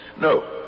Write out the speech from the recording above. No